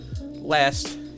last